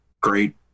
great